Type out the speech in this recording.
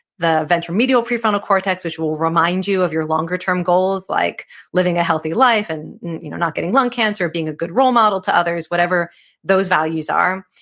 the ventromedial prefrontal cortex which will remind you of your longer term goals like living a healthy life and you know not getting lung cancer being a good role model to others. whatever those values are.